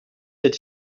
cet